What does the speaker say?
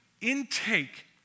intake